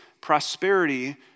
prosperity